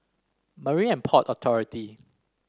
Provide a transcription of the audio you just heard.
Marine And Port Authority